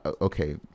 Okay